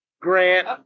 Grant